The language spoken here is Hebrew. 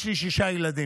יש לי שישה ילדים,